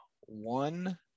one